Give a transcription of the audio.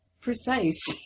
precise